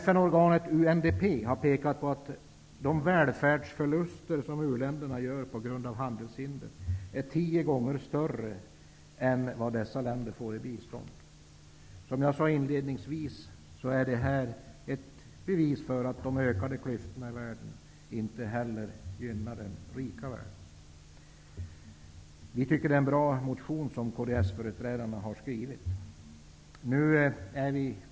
FN-organet UNDP har pekat på det faktum att de välfärdsförluster som u-länderna gör på grund av handelshinder är tio gånger större än det bistånd som dessa länder får. Som jag inledningsvis sade är detta ett bevis för att de ökade klyftorna i världen inte gynnar den rika världen heller. Vi tycker att kds-företrädarnas motion är bra.